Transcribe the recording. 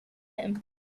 him